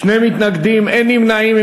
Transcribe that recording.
שני מתנגדים, אין נמנעים.